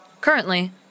Currently